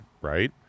right